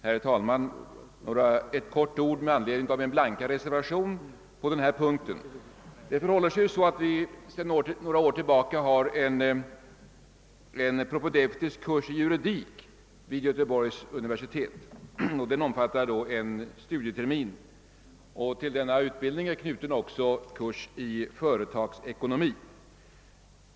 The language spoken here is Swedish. Herr talman! Jag vill bara säga några få ord med anledning av min blanka reservation på denna punkt. Det förhåller sig ju så att vi sedan några år tillbaka har en propedeutisk kurs i juridik vid Göteborgs universitet, och den omfattar en studietermin. Till denna utbildning är knuten en kurs i företagsekonomi.